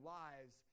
lives